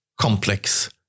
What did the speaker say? complex